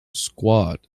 squad